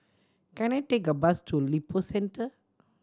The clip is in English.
can I take a bus to Lippo Centre